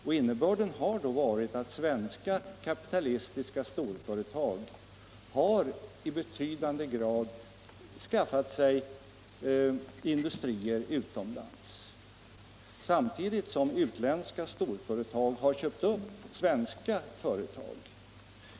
Och innebörden har varit att svenska kapitalistiska storföretag i betydande grad har skaffat sig industrier utomlands, samtidigt som utländska storföretag har köpt upp svenska företag.